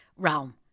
realm